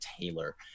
Taylor